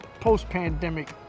post-pandemic